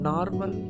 Normal